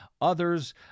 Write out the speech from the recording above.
others